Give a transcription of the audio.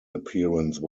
appearance